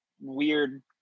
weird